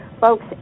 Folks